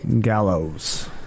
Gallows